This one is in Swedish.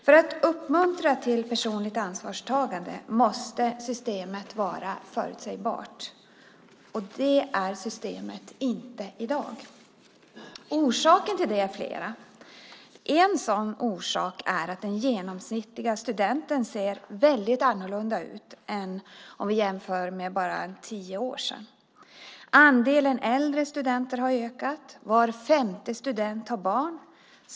För att uppmuntra till personligt ansvarstagande måste systemet vara förutsägbart. Det är systemet inte i dag. Orsakerna till det är flera. En orsak är att den genomsnittliga studenten ser väldigt annorlunda ut i dag jämfört med för bara tio år sedan. Andelen äldre studenter har ökat och var femte student har barn.